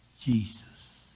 Jesus